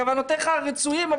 כוונותיך רצויות,